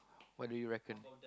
what do you reckon